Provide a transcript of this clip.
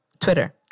Twitter